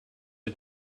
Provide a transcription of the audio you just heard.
are